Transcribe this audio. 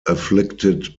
afflicted